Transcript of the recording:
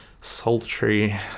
sultry